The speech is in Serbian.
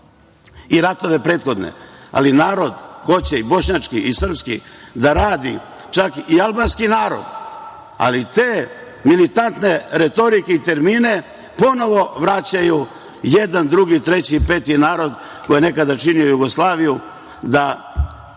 i ratove prethodne, ali narod hoće, i bošnjački i srpski, da radi, čak i albanski narod, ali te militantne retorike i termine ponovo vraćaju jedan, drugi, treći, peti narod koji je nekada činio Jugoslaviju, da